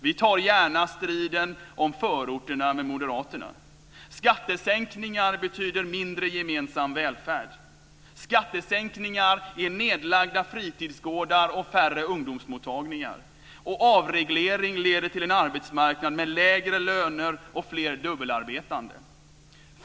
Vi tar gärna striden om förorterna med Moderaterna. Skattesänkningar betyder mindre gemensam välfärd. Skattesänkningar är nedlagda fritidsgårdar och färre ungdomsmottagningar, och avreglering leder till en arbetsmarknad med lägre löner och fler dubbelarbetande.